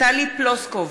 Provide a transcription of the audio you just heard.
טלי פלוסקוב,